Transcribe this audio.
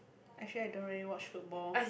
actually I don't really watch football